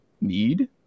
need